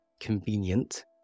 convenient